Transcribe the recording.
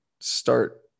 start